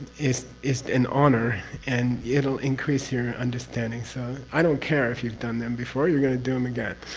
is is an honor and it will increase your understanding, so i don't care if you've done them before you're going to do them again.